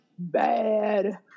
bad